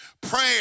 Prayer